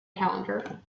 calendar